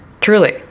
Truly